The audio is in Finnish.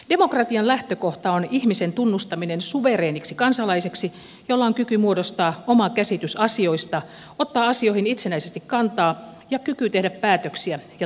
demokratian lähtökohta on ihmisen tunnustaminen suvereeniksi kansalaiseksi jolla on kyky muodostaa oma käsitys asioista ottaa asioihin itsenäisesti kantaa ja kyky tehdä päätöksiä ja toimia